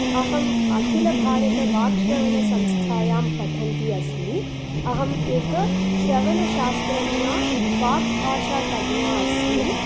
अहम् अखिलभारतवाक्श्रवणसंस्थायां पठन्ती अस्मि अहम् एका श्रवणशास्त्रज्ञा वाग्भाषातज्ञा अस्मि